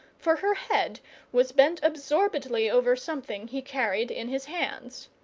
for her head was bent absorbedly over something he carried in his hands.